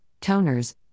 toners